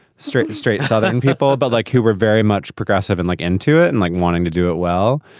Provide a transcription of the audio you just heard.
straight and straight. southern people. but like you were very much progressive and like into it and like wanting to do it. well,